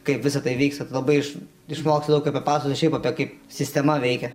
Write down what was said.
kaip visa tai vyksta labai iš išmokti daug ką papasakoti šiaip apie kai sistema veikia